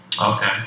Okay